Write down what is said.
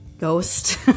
Ghost